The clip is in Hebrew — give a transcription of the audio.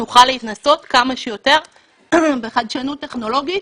נוכל להתנסות כמה שיותר בחדשנות טכנולוגית,